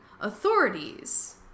authorities